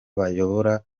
bayobora